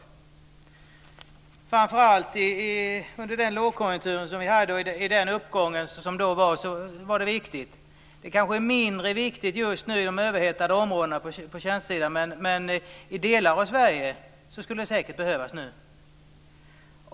Framför allt under den lågkonjunktur som vi hade och under den uppgång som då var så var det viktigt. Det kanske är mindre viktigt just nu i de överhettade områdena på tjänstesidan. Men i delar av Sverige skulle det säkert behövas nu.